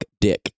dick